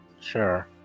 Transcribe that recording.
Sure